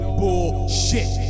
bullshit